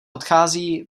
odchází